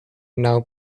now